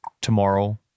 tomorrow